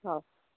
ହଉ